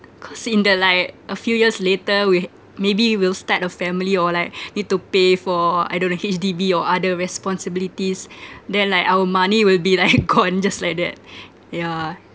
cause in the like a few years later we h~ maybe we'll start a family or like need to pay for I don't know H_D_B or other responsibilities then like our money will be like gone just like that yeah